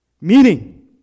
Meaning